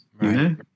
Right